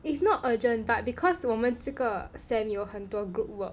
is not urgent but because 我们这个 sem 有很多 group work